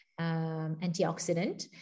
antioxidant